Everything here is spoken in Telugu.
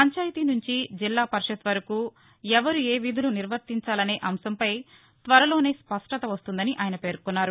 పంచాయతీ నుంచి జిల్లా పరిషత్ వరకు ఎవరు ఏ విధులు నిర్వర్తించాలనే అంశంపై త్వరలోనే స్పష్టత వస్తుందని ఆయన పేర్కొన్నారు